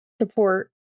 support